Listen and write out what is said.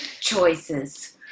choices